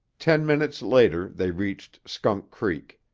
ten minutes later they reached skunk creek,